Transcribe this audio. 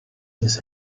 his